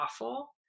awful